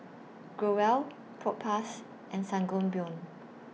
Growell Propass and Sangobion